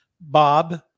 Bob